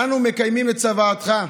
אנו מקיימים את צוואתך.